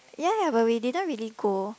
ya ya but we didn't really go